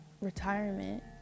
retirement